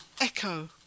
Echo